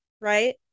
right